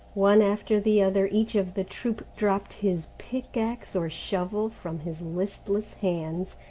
one after the other each of the troop dropped his pickaxe or shovel from his listless hands,